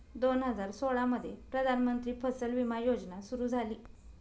दोन हजार सोळामध्ये प्रधानमंत्री फसल विमा योजना सुरू झाली